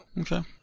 okay